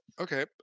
Okay